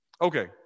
Okay